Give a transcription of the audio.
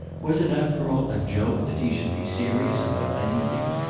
was it after all a joke that he should be serious about anything?